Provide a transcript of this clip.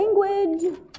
Language